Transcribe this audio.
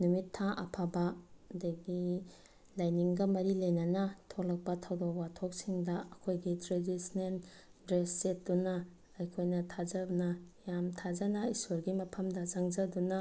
ꯅꯨꯃꯤꯠ ꯊꯥ ꯑꯐꯕ ꯑꯗꯒꯤ ꯂꯥꯏꯅꯤꯡꯒ ꯃꯔꯤ ꯂꯩꯅꯅ ꯊꯣꯂꯛꯄ ꯊꯧꯗꯣꯛ ꯋꯥꯊꯣꯛꯁꯤꯡꯗ ꯑꯩꯈꯣꯏꯒꯤ ꯇ꯭ꯔꯦꯗꯤꯁꯅꯦꯜ ꯗ꯭ꯔꯦꯁ ꯁꯦꯠꯇꯨꯅ ꯑꯩꯈꯣꯏꯅ ꯊꯥꯖꯅ ꯌꯥꯝ ꯊꯥꯖꯅ ꯏꯁꯣꯔꯒꯤ ꯃꯐꯝꯗ ꯆꯪꯖꯗꯨꯅ